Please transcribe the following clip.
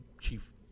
chief